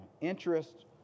Interest